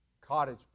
cottage